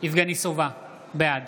יבגני סובה, בעד